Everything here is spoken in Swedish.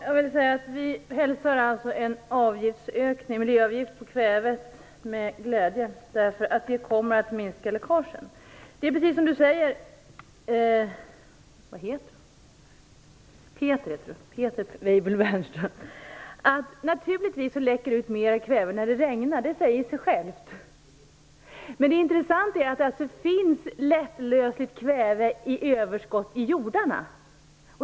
Fru talman! Vi hälsar en avgiftsökning i form av en miljöavgift på kväve med glädje, eftersom den kommer att minska läckagen. Det är precis så, som Peter Weibull Bernström säger, att det läcker ut mer kväve när det regnar. Men det intressanta är att det finns ett överskott av lättlösligt kväve i jordarna.